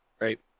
right